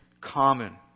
common